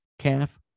calf